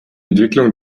entwicklung